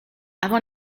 avant